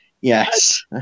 yes